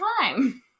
time